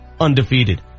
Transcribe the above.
undefeated